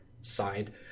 side